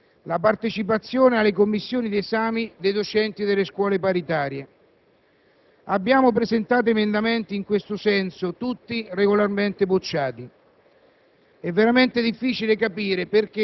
Ne cito uno per tutti: la partecipazione alle commissioni d'esame dei docenti delle scuole paritarie. Abbiamo presentato emendamenti in tal senso, tutti regolarmente respinti.